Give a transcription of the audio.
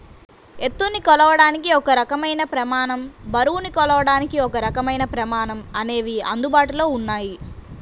ఎత్తుని కొలవడానికి ఒక రకమైన ప్రమాణం, బరువుని కొలవడానికి ఒకరకమైన ప్రమాణం అనేవి అందుబాటులో ఉన్నాయి